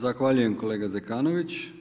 Zahvaljujem kolega Zekanović.